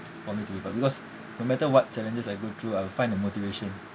for me to give up because no matter what challenges I go through I will find a motivation